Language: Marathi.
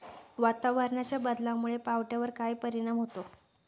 वातावरणाच्या बदलामुळे पावट्यावर काय परिणाम होतो?